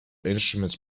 instruments